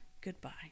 Goodbye